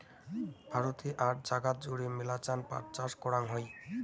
ভারতে আর জাগাত জুড়ে মেলাছান পাট চাষ করাং হই